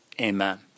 Amen